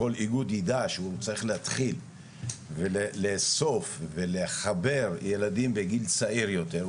שכל איגוד יידע שהוא צריך להתחיל ולאסוף ולחבר ילדים בגיל צעיר יותר,